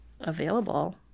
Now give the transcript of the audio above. available